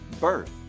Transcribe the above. birth